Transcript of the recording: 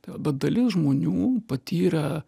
bet dalis žmonių patyrę